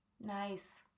Nice